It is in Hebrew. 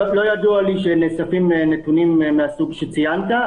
לא ידוע לי שנאספים נתונים מהסוג שציינת.